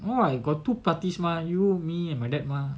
why got two parties mah you me and my dad mah